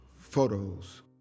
photos